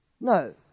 No